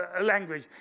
language